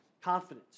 confidence